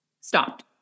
stopped